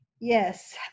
Yes